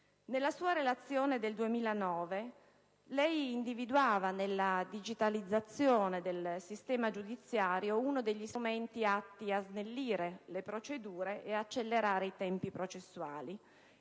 Nella sua relazione del 2009 lei individuava nella digitalizzazione del sistema giudiziario uno degli strumenti atti a snellire le procedure e ad accelerare i tempi processuali,